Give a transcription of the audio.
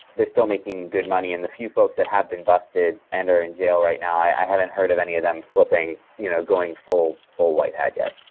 they're still making good money, and the few folks that have been busted and are in jail right now, i haven't heard of any of them flipping, you know going full full white hat yet.